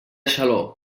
xaló